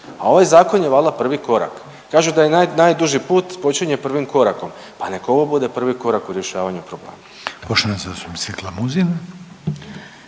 a ovaj zakon je valjda prvi korak. Kažu da je najduži put počinje prvim korakom, pa nek ovo bude prvi korak u rješavanju problema.